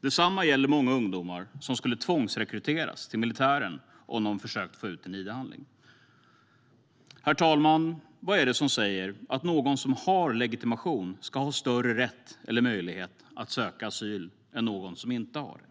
Detsamma gäller för många ungdomar som skulle tvångsrekryteras till militären om de skulle försöka få ut en id-handling. Herr talman! Vad är det som säger att någon som har legitimation ska ha större rätt eller möjlighet att söka asyl än någon som inte har det?